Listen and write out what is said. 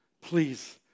Please